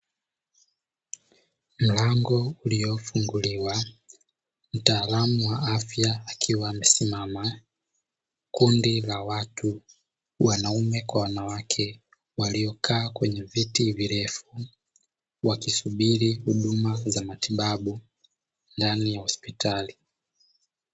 Mlango uliofunguliwa, mtaalamu wa afya akiwa amesimama, kundi la watu wanaume kwa wanawake waliokaa kwenye viti virefu, wakisubiri huduma za matibabu ndani ya hospitali.